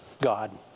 God